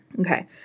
Okay